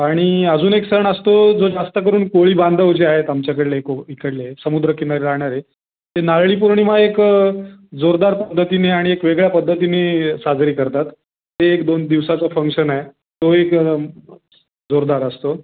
आणि अजून एक सण असतो जो जास्तकरून कोळी बांधव जे आहेत आमच्याकडले इकडले समुद्र किनारी राहणारे ते नारळी पौर्णिमा एक जोरदार पद्धतीने आणि एक वेगळ्या पद्धतीने साजरी करतात ते एक दोन दिवसाचं फंक्शन आहे तो एक जोरदार असतो